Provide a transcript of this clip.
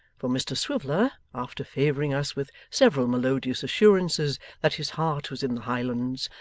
for mr swiveller, after favouring us with several melodious assurances that his heart was in the highlands,